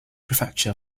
prefecture